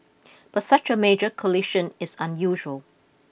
but such a major collision is unusual